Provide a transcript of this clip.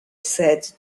said